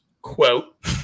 Quote